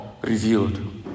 revealed